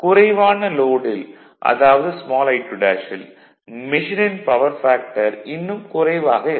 குறைவான லோடில் அதாவது ஸ்மால் I2ல் மெஷினின் பவர் ஃபேக்டர் இன்னும் குறைவாக இருக்கும்